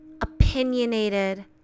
opinionated